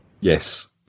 yes